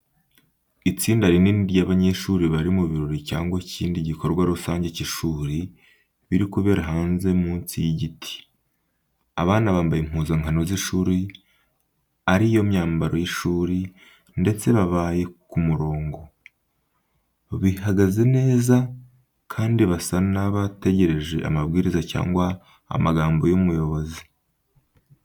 Itsinda rinini ry’abanyeshuri bari mu birori cyangwa ikindi gikorwa rusange cy’ishuri, biri kubera hanze munsi y’igiti. Abana bambaye impuzankano z’ishuri ari yo myambaro y’ishuri, ndetse babaye ku murongo, bihagaze neza kandi basa n'abategereje amabwiriza cyangwa amagambo y’umuyobozi.